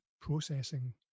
processing